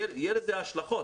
יהיה לזה השלכות.